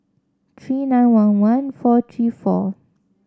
three nine one one four three four